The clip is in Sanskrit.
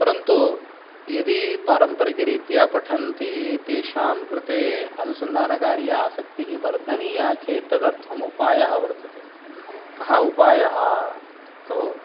परन्तु यदि पारम्परिकरीत्या पठन्ति तेषां कृते अनुसन्धानकार्ये आसक्तिः वर्धनीया चेत् तदर्थम् उपायः वर्तते कः उपायः तु